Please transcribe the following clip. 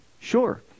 Sure